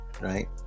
Right